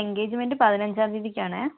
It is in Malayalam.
എൻഗേജ്മെന്റ് പതിനഞ്ചാം തീയതിക്കാണേ